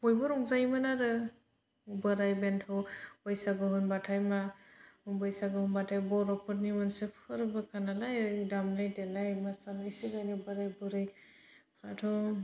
बयबो रंजायोमोन आरो बोराइ बेन्थ' बैसागु होनबाथाय मा बैसागु होनबाथाय बर'फोरनि मोनसे फोरबोखा नालाय दामनाय देनाय मोसानाय सिगांनि बोराइ बुरै दाथ'